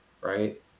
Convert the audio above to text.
right